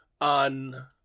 on